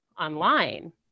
online